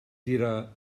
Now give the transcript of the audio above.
tirar